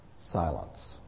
silence